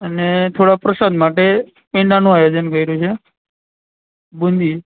અને થોડો પ્રસાદ માટે પેંડાનું આયોજન કર્યું છે બુંદી